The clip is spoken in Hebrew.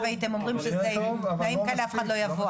והייתם אומרים שבתנאים כאן אף אחד לא יבוא,